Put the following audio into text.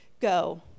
go